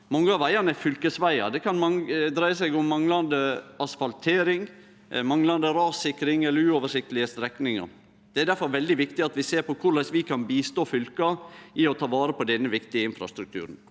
Mange av vegane er fylkesvegar. Det kan dreie seg om manglande asfaltering, manglande rassikring eller uoversiktlege strekningar. Det er difor veldig viktig at vi ser på korleis vi kan hjelpe fylka med å ta vare på denne viktige infrastrukturen.